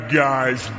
guys